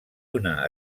una